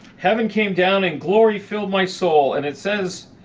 heaven came down and glory filled my soul. and it says,